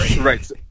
right